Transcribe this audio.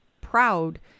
proud